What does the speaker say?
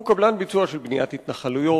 הוא קבלן ביצוע של בניית התנחלויות,